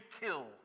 killed